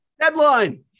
deadline